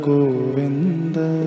Govinda